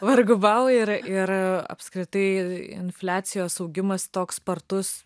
vargu bau ir ir apskritai infliacijos augimas toks spartus